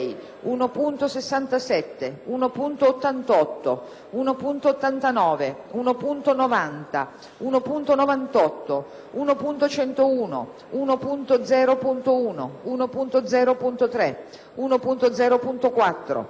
1.67, 1.88, 1.89, 1.90, 1.98, 1.101, 1.0.1, 1.0.3, 1.0.4,